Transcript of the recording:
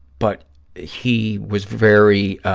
but he was very,